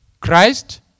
Christ